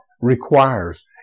requires